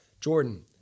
Jordan